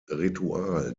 ritual